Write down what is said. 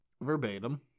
verbatim